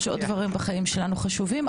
יש עוד דברים בחיים שלנו שחשובים,